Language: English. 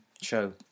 show